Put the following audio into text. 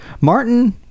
Martin